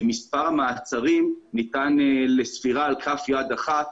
מספר המעצרים ניתן לספירה על כף יד אחת.